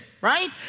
right